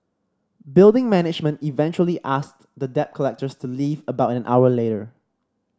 building management eventually asked the debt collectors to leave about an hour later